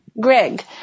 Greg